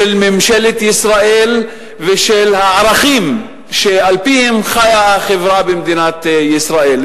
של ממשלת ישראל ושל הערכים שעל-פיהם חיה החברה במדינת ישראל.